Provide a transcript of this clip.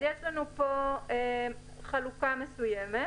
יש לנו פה חלוקה מסוימת,